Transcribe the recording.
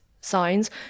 signs